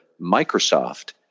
Microsoft